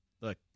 look